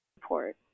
support